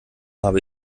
habe